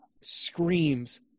screams